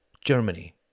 Germany